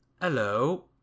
Hello